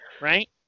right